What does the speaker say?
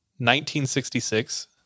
1966